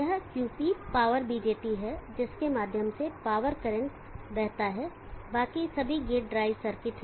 यह QP power BJT है जिसके माध्यम से पावर करंट बहता है बाकी सभी गेट ड्राइव सर्किट हैं